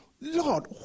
Lord